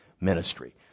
ministry